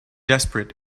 desperate